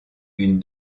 une